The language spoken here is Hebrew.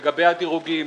לגבי הדירוגים,